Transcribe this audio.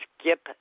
Skip